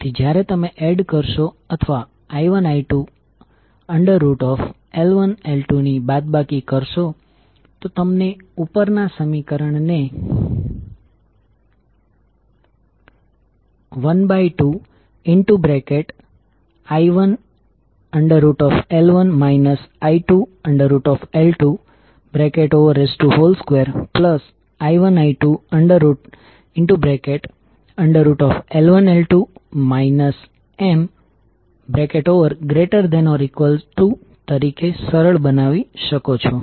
તેથી જ્યારે તમે એડ કરશો અથવા i1i2L1L2 ની બાદબાકી કરશો તમે ઉપરના સમીકરણ ને 12i1L1 i2L22i1i2L1L2 M≥0 તરીકે સરળ બનાવી શકો છો